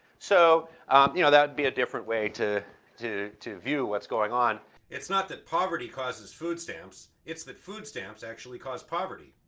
so you know that would be a different way to to view what's going on it's not that poverty causes food stamps. it's that food stamps actually cause poverty.